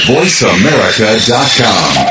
VoiceAmerica.com